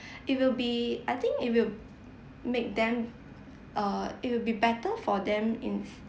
it will be I think it will make them uh it will be better for them ins~